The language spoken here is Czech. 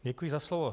Děkuji za slovo.